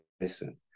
listen